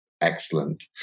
excellent